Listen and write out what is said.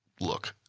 look.